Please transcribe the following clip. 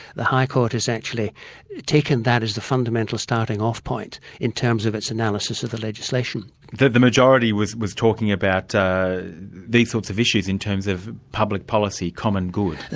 the high court has actually taken that as the fundamental starting off point in terms of its analysis of the legislation. the the majority was was talking about these sorts of issues in terms of public policy, common good.